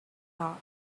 thought